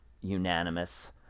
unanimous